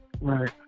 Right